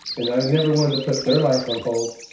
and i never wanted to put their life on hold